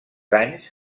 anys